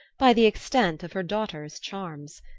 by the extent of her daughter's charms.